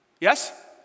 Yes